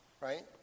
right